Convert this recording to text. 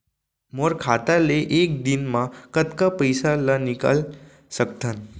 मोर खाता ले एक दिन म कतका पइसा ल निकल सकथन?